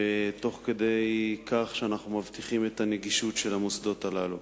תוך כדי כך שאנחנו מבטיחים את הנגישות של המוסדות הללו.